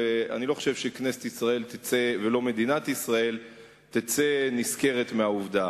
ואני לא חושב שכנסת ישראל ומדינת ישראל יצאו נשכרות מהעובדה.